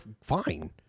fine